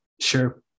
sure